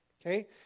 Okay